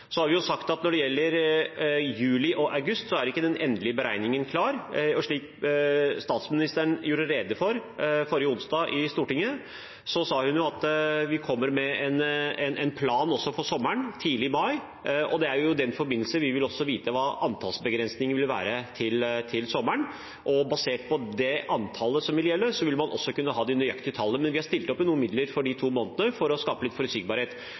Så har vi sagt at når det gjelder juli og august, er ikke den endelige beregningen klar. Slik statsministeren gjorde rede for forrige onsdag i Stortinget, kommer vi med en plan også for sommeren, tidlig i mai. Det er i den forbindelse vi også vil vite hva antallsbegrensningen vil være til sommeren, og basert på det antallet som vil gjelde, vil man også kunne ha de nøyaktige tallene. Men vi har stilt opp med noen midler for de to månedene for å skape litt forutsigbarhet.